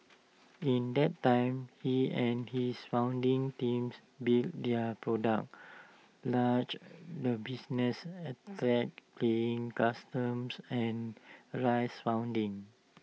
in that time he and his founding teams built their product launched the business attracted paying customers and raised funding